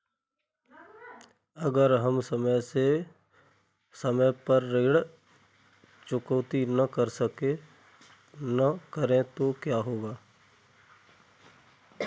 अगर हम समय पर ऋण चुकौती न करें तो क्या होगा?